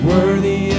Worthy